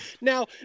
Now